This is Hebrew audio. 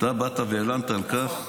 אתה באת והלנת על כך.